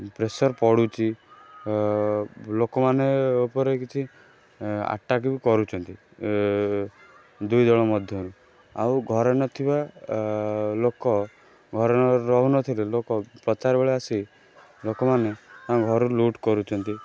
pressure ପଡ଼ୁଛି ଲୋକମାନେ ଉପରେ କିଛି ଆଟାକ୍ ବି କରୁଛନ୍ତି ଦୁଇ ଦଳ ମଧ୍ୟରୁ ଆଉ ଘରେ ନଥିବା ଲୋକ ଘରେ ରହୁନଥିଲେ ଲୋକ ପ୍ରଚାର ବେଳେ ଆସି ଲୋକମାନେ ତାଙ୍କ ଘରୁ ଲୁଟ୍ କରୁଛନ୍ତି